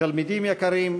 תלמידים יקרים,